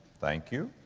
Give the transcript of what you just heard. thank you.